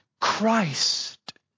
Christ